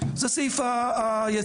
זה סעיף היציאה.